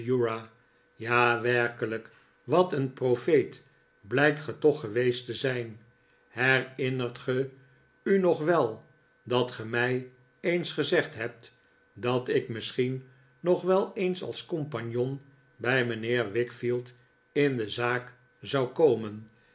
ja werkelijk wat een profeet blijkt ge toch geweest te zijn herinnert ge u nog wel dat ge mij eens gezegd hebt dat ik misschien nog wel eens als compagnon bij mijnheer wickfield in de zaak zou komen